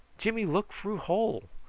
jimmy look froo hole.